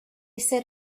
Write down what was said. set